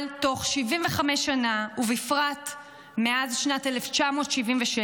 אבל תוך 75 שנה, ובפרט מאז שנת 1977,